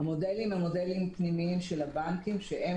המודלים הם מודלים פנימיים של הבנקים שהם